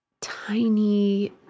tiny